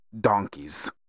donkeys